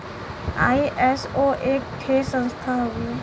ISO एक ठे संस्था हउवे